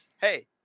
hey